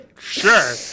Sure